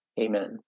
Amen